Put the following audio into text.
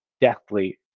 deathly